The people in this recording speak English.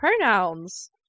pronouns